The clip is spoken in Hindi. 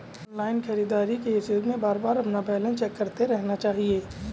ऑनलाइन खरीदारी के इस युग में बारबार अपना बैलेंस चेक करते रहना चाहिए